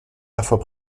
parfois